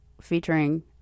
featuring